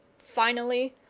finally,